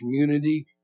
community